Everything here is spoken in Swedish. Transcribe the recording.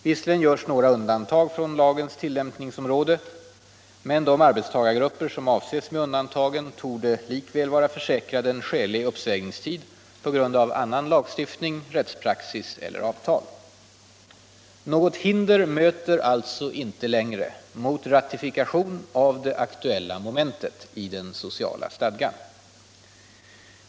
Visserligen görs några undantag från lagens tillämpningsområde, men de arbetstagargrupper som avses med undantagen torde likväl vara försäkrade en skälig uppsägningstid på grund av annan lagstiftning, rättspraxis eller avtal. Något hinder möter alltså inte längre mot ratifikation av det aktuella momentet i den sociala stadgan.